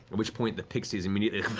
and which point the pixies immediately